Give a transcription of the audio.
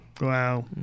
Wow